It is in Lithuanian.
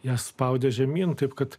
ją spaudė žemyn taip kad